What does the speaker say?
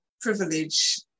privilege